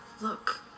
Look